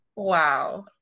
Wow